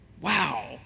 Wow